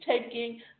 taking